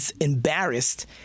embarrassed